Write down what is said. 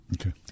Okay